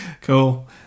Cool